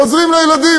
עוזרים לילדים,